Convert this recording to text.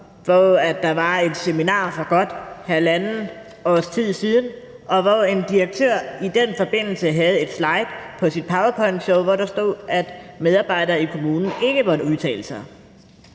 hvor der var et seminar for godt halvandet års tid siden, hvor en direktør i den forbindelse havde en slide i sit powerpointshow, hvor der stod, at medarbejdere i kommunen ikke måtte udtale sig